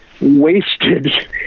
wasted